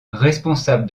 responsable